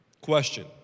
Question